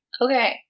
Okay